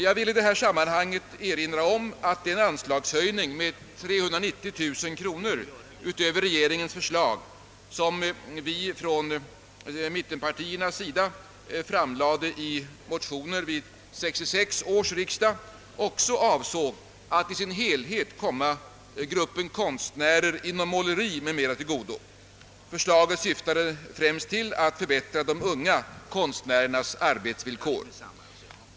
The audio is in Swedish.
Jag vill i detta sammanhang erinra om att den anslagshöjning på 390000 kronor utöver regeringens förslag, som mittenpartierna framlade i motioner vid 1966 års riksdag, också avsåg att i sin helhet komma gruppen konstnärer inom måleri m.m. till godo. Förslaget syftade främst till att förbättra de unga konstnärernas arbetsvillkor.